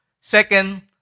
Second